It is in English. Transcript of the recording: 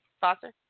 Foster